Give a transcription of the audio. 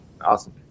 Awesome